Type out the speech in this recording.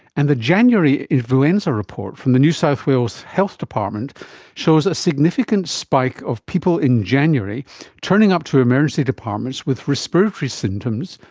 and the january influenza report from the new south wales health department shows a significant spike of people in january turning up to emergency departments with respiratory symptoms,